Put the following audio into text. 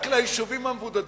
רק ליישובים המבודדים.